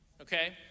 okay